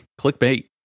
clickbait